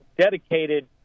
dedicated